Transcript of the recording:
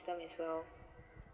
system as well